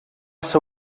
ser